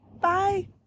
bye